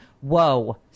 Whoa